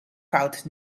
fout